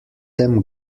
them